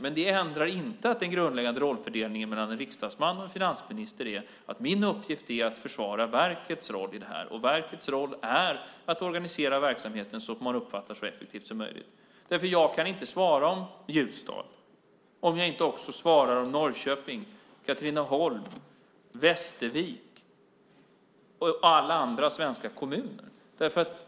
Men det ändrar inte den grundläggande rollfördelningen mellan en riksdagsman och en finansminister. Finansministerns uppgift är att försvara verkets roll, och verkets roll är att organisera verksamheten så att den är så effektiv som möjligt. Jag kan inte svara i fråga om Ljusdal om jag inte också svarar om Norrköping, Katrineholm, Västervik och alla andra svenska kommuner.